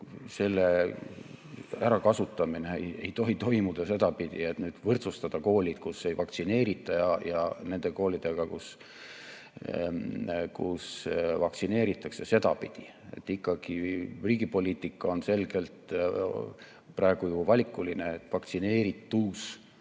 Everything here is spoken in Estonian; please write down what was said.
Selle ärakasutamine ei tohi toimuda sedapidi, et võrdsustada koolid, kus ei vaktsineerita, nende koolidega, kus vaktsineeritakse, teha seda sedapidi. Ikkagi riigi poliitika on selgelt praegu ju valikuline: vaktsineeritus